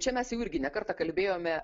čia mes jau irgi ne kartą kalbėjome